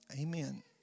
Amen